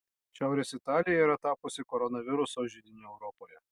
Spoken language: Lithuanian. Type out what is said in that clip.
šiaurės italija yra tapusi koronaviruso židiniu europoje